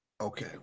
Okay